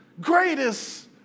greatest